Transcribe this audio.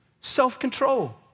Self-control